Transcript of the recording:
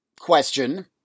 question